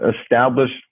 established